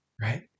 right